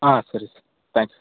ಹಾಂ ಸರಿ sir thanks